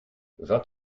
vingt